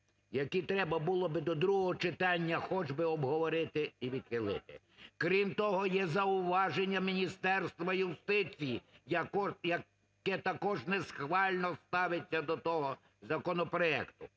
які треба було б до другого читання хоча б обговорити і відхилити. Крім того, є зауваження Міністерства юстиції, яке також несхвально ставиться до того законопроекту.